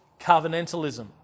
covenantalism